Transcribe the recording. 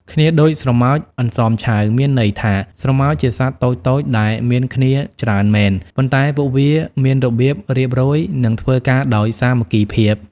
«គ្នាដូចស្រមោចអន្សមឆៅ» មានន័យថា ស្រមោចជាសត្វតូចៗដែលមានគ្នាច្រើនមែន ប៉ុន្តែពួកវាមានរបៀបរៀបរយ និងធ្វើការដោយសាមគ្គីភាព។